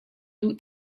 duh